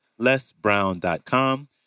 lesbrown.com